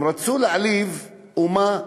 הם רצו להעליב אומה שלמה.